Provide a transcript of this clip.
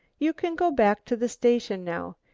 you can go back to the station now,